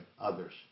others